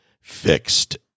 fixed